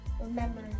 remember